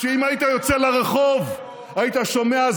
שאם היית יוצא לרחוב, היית שומע.